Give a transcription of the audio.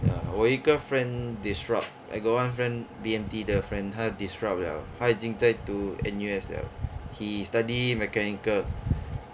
ah 我有一个 friend disrupt I got one friend B_M_T 的 friend 他 disrupt liao 他已经在读 N_U_S liao he study mechanical